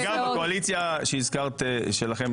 אגב בקואליציה שהזכרת שלכם,